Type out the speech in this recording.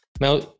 Now